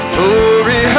Glory